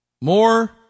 More